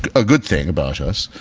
ah a good thing about us,